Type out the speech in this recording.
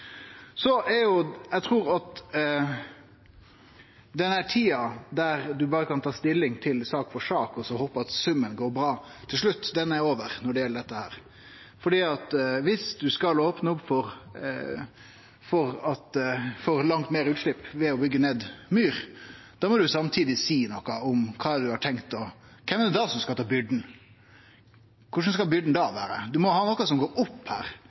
Eg trur at den tida da ein berre kan ta stilling til sak for sak og så håpe at summen går opp til slutt, den er over når det gjeld dette. For viss ein skal opne for langt meir utslepp ved å byggje ned myr, må ein samtidig seie noko om kven som da skal ta byrda. Korleis skal byrda da vere? Ein må ha noko som går opp her.